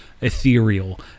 ethereal